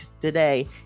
today